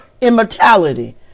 immortality